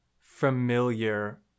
familiar